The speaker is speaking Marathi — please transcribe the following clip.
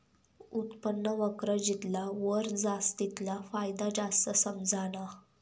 उत्पन्न वक्र जितला वर जास तितला फायदा जास्त समझाना